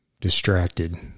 distracted